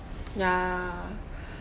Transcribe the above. ya